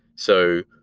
so,